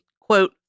quote